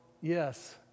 yes